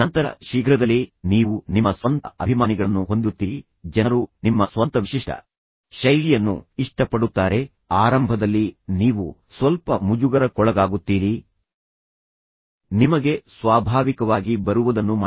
ನಂತರ ಶೀಘ್ರದಲ್ಲೇ ನೀವು ನಿಮ್ಮ ಸ್ವಂತ ಅಭಿಮಾನಿಗಳನ್ನು ಹೊಂದಿರುತ್ತೀರಿ ಜನರು ನಿಮ್ಮ ಸ್ವಂತ ವಿಶಿಷ್ಟ ಶೈಲಿಯನ್ನು ಇಷ್ಟಪಡುತ್ತಾರೆ ಆರಂಭದಲ್ಲಿ ನೀವು ಸ್ವಲ್ಪ ಮುಜುಗರಕ್ಕೊಳಗಾಗುತ್ತೀರಿ ನಾನು ಇದನ್ನು ನಿಜವಾಗಿಯೂ ಮಾಡಬಹುದೇ ಎಂದು ಯೋಚಿಸುತ್ತೀರಿ ಆದರೆ ನಿಮಗೆ ಸ್ವಾಭಾವಿಕವಾಗಿ ಬರುವದನ್ನು ಮಾಡಿ